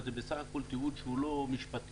זה בסך הכול תיעוד שהוא לא משפטי.